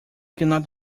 cannot